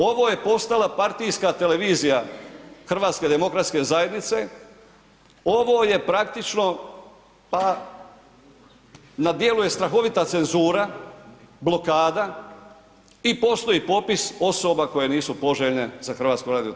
Ovo je postala partijska televizija HDZ-a, ovo je praktično pa na djelu je strahovita cenzura, blokada i postoji popis osoba koje nisu poželjne za HRT.